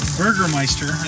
burgermeister